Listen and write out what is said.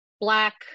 Black